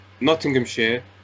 Nottinghamshire